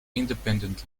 independent